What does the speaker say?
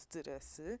stress